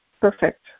perfect